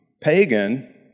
pagan